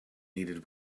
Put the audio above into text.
needed